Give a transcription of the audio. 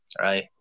Right